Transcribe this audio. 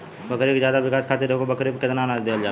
बकरी के ज्यादा विकास खातिर एगो बकरी पे कितना अनाज देहल जाला?